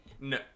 No